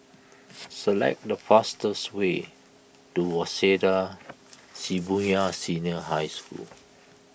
select the fastest way to Waseda Shibuya Senior High School